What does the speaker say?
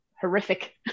horrific